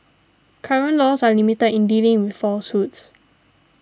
current laws are limited in dealing with falsehoods